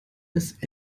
ist